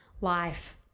life